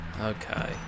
Okay